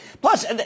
Plus